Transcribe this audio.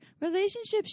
relationships